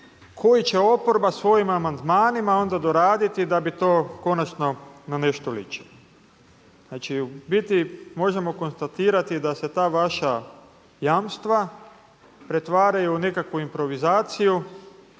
koje će oporba svojim amandmanima onda doraditi da bi to konačno na nešto ličilo. Znači u biti možemo konstatirati da se ta vaša jamstva pretvaraju u nekakvu improvizaciju